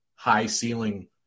high-ceiling